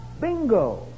bingo